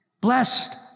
Blessed